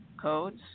codes